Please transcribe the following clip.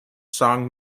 song